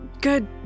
good